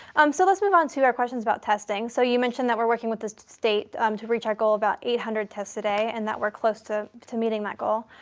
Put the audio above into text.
um so let's move on to our questions about testing. so you mentioned that we're working with the state um to reach our goal about eight hundred tests a day, and that we're close to to meeting that goal.